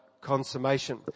consummation